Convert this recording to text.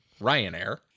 Ryanair